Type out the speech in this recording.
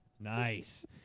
Nice